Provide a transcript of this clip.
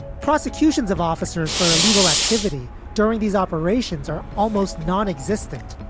prosecutions of officers for illegal activity during these operations are almost non-existent.